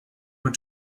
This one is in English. were